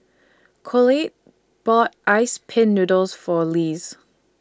Colette bought Ice Pin Noodles For Lise